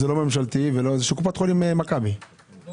זה לא ממשלתי, זה של קופת חולים מכבי, אבל